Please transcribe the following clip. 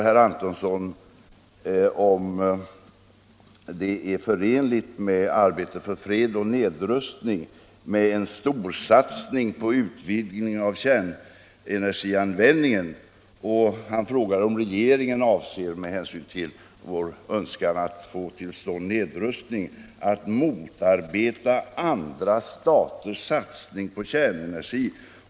Herr Antonsson frågade om det är förenligt med arbetet för fred och nedrustning med en stor satsning på en utvidgning av kärnenergianvändningen. Han frågade också om regeringen avser, med hänsyn till vår önskan att få till stånd nedrustning, att motsätta sig andra staters satsning på kärnenergin.